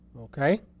okay